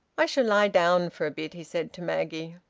i shall lie down for a bit, he said to maggie.